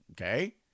Okay